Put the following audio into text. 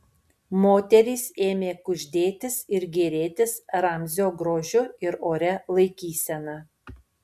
moterys ėmė kuždėtis ir gėrėtis ramzio grožiu ir oria laikysena